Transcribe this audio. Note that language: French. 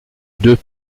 deux